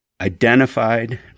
identified